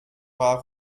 war